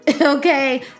okay